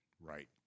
right